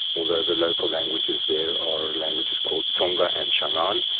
although the local languages there are languages called tsonga and shangaan.